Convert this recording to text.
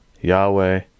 Yahweh